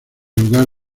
lugar